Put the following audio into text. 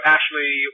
Ashley